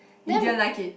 then